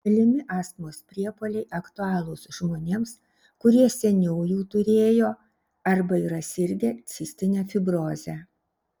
galimi astmos priepuoliai aktualūs žmonėms kurie seniau jų turėjo arba yra sirgę cistine fibroze